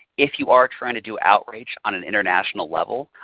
if you are trying to do outreach on an international level,